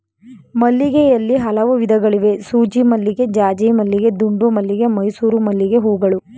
ಮಲ್ಲಿಗೆಯಲ್ಲಿ ಹಲವು ವಿಧಗಳಿವೆ ಸೂಜಿಮಲ್ಲಿಗೆ ಜಾಜಿಮಲ್ಲಿಗೆ ದುಂಡುಮಲ್ಲಿಗೆ ಮೈಸೂರು ಮಲ್ಲಿಗೆಹೂಗಳು